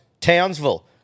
Townsville